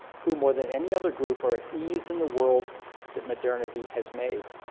who, more than any other group, are at ease in the world that modernity has made.